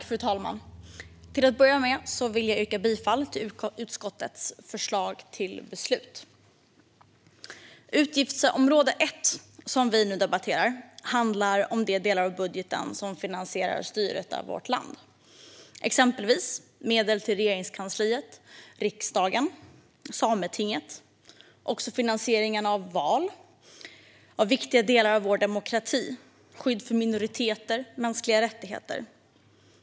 Fru talman! Till att börja med yrkar jag bifall till utskottets förslag till beslut. Utgiftsområde 1 som vi nu debatterar handlar om de delar av budgeten som finansierar styret av vårt land, exempelvis medel till Regeringskansliet, riksdagen och Sametinget och finansiering av val och av viktiga delar av vår demokrati såsom skydd för minoriteter och mänskliga rättigheter.